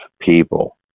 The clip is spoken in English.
people